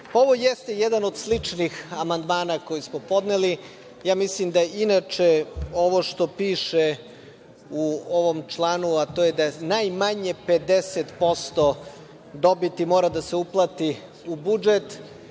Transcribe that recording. ovo jeste jedan od sličnih amandmana koji smo podneli. Ja mislim da inače ovo što piše u ovom članu, a to je da najmanje 50% dobiti mora da se uplati u budžet,